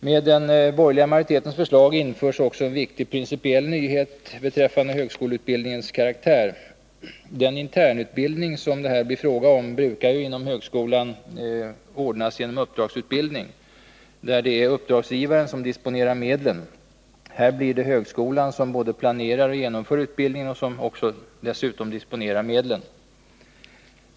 Med den borgerliga majoritetens förslag införs också en viktig principiell nyhet beträffande högskoleutbildningens karaktär. Den internutbildning som det här blir fråga om brukar inom högskolan ordnas genom uppdragsutbildning, där det är uppdragsgivaren som disponerar medlen. Här blir det högskolan som både planerar och genomför utbildningen och som dessutom disponerar medlen.